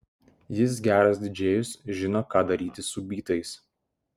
jis geras didžėjus žino ką daryti su bytais